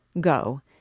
Go